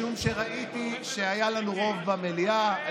משום שראיתי שהיה לנו רוב במליאה.